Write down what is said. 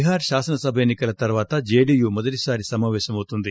బీహార్ శాసనసభ ఎన్నికల తరువాత జెడీయూ మొదటిసారి సమావేశమౌతుంది